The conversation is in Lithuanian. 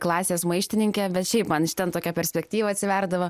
klasės maištininkė bet šiaip man iš ten tokia perspektyva atsiverdavo